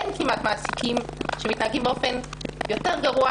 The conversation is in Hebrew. אין כמעט מעסיקים שמתנהגים באופן גרוע